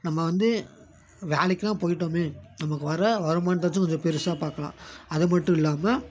நம்ம வந்து வேலைக்கெல்லாம் போய்ட்டோமே நமக்கு வர்ற வருமானத்தை வச்சு கொஞ்சம் பெருசாக பார்க்கலாம் அதுமட்டும் இல்லாமல்